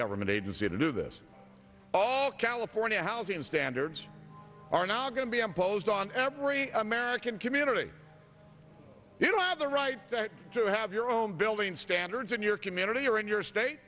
government agency to do this all california housing standards are now going to be imposed on every american community you know at the right to have your own building standards in your community or in your state